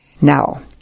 Now